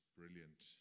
brilliant